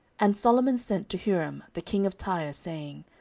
and solomon sent to huram the king of tyre, saying,